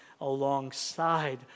alongside